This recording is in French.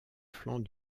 flancs